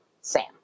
Sam